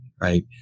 right